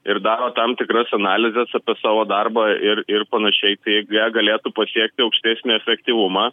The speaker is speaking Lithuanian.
ir daro tam tikras analizes apie savo darbą ir ir panašiai tai jie galėtų pasiekti aukštesnį efektyvumą